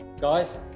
Guys